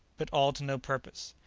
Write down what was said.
but all to no purpose.